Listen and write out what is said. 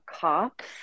cops